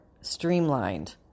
streamlined